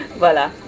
voila